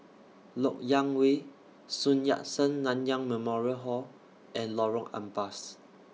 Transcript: Lok Yang Way Sun Yat Sen Nanyang Memorial Hall and Lorong Ampas